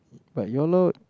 but ya lor